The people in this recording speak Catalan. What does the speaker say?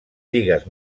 lligues